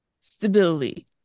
stability